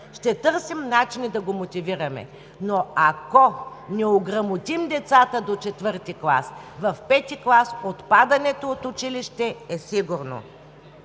Ще търсим начини да го мотивираме. Но ако не ограмотим децата до четвърти клас, в пети клас отпадането от училище е сигурно.